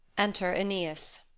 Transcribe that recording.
enter aeneas